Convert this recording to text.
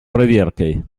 проверкой